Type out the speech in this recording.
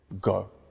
go